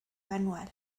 anual